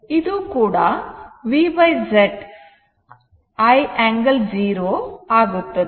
ಇದು ಕೂಡ V Z is i angle 0 o ಆಗುತ್ತದೆ